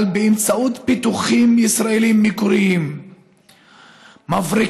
באמצעות פיתוחים ישראליים מקוריים מבריקים,